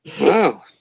Wow